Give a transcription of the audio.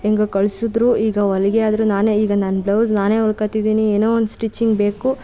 ಹೇಗೋ ಕಳಿಸಿದ್ರು ಈಗ ಹೊಲಿಗೆ ಆದರೆ ನಾನೇ ಈಗ ನನ್ನ ಬ್ಲೌಸ್ ನಾನೇ ಹೊಲ್ಕೊತಿದ್ದೀನಿ ಏನೋ ಒಂದು ಸ್ಟಿಚಿಂಗ್ ಬೇಕು